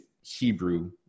Hebrew